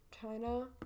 China